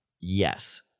Yes